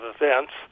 events